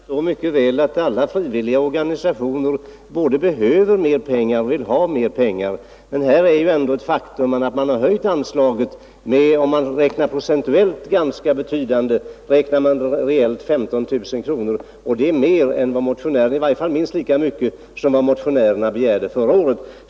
Herr talman! Jag förstår mycket väl att alla frivilliga organisationer både behöver och vill ha mer pengar. Ett faktum är ändå att man här har höjt anslaget med ett procentuellt sett ganska betydande belopp. Reellt är det 15 000 kronor. Det är i varje fall lika mycket som motionärerna begärde förra året.